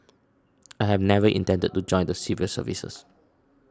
I had never intended to join the civil service